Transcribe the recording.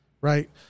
right